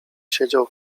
siedział